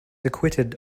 acquitted